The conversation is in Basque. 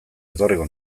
etorriko